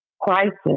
crisis